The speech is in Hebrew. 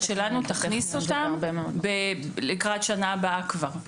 שלנו תכניס אותם כבר לקראת השנה הבאה.